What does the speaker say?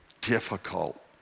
difficult